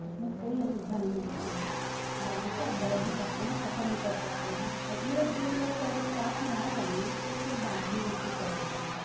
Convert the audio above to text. उसमें कोई असुविधा नहीं होती है आराम से आप बैठ भी सकते हैं सफर भी कर सकते हैं और एक दो लोग अगर साथ में आ जाएँ तो फिर बात ही कुछ और होती है